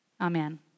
Amen